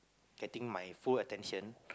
getting my full attention